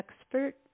expert